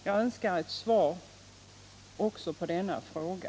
Jag önskar en kommentar också till denna fråga.